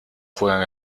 juegan